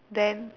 then